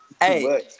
Hey